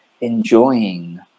enjoying